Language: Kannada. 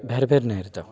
ಬ್ಯಾರ ಬೇರ್ನೆ ಇರ್ತವ